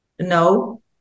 no